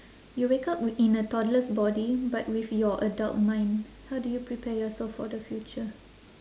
you wake up w~ in a toddler's body but with your adult mind how do you prepare yourself for the future